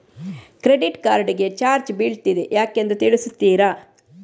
Credit card ಗೆ charge ಬೀಳ್ತಿದೆ ಯಾಕೆಂದು ತಿಳಿಸುತ್ತೀರಾ?